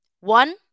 One